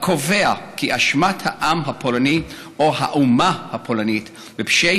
הקובע כי האשמת העם הפולני או האומה הפולנית בפשעי